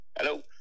Hello